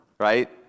right